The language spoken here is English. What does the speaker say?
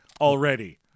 already